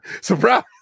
Surprise